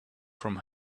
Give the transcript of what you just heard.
from